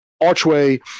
Archway